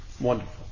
Wonderful